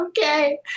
okay